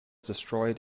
destroyed